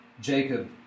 Jacob